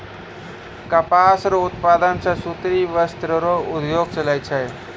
कपास रो उप्तादन से सूती वस्त्र रो उद्योग चलै छै